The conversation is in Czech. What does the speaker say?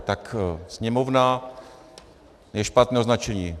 Tak Sněmovna je špatné označení.